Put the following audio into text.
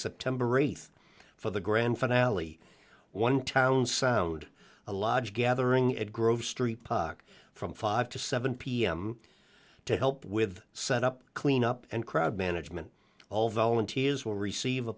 september th for the grand finale one town sowed a lodge gathering at grove street puck from five to seven pm to help with set up cleanup and crowd management all volunteers will receive a